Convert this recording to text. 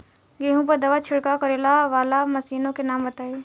गेहूँ पर दवा छिड़काव करेवाला मशीनों के नाम बताई?